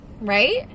Right